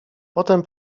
potem